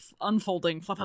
unfolding